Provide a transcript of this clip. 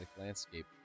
landscape